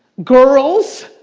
girls,